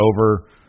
over